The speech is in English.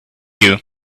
you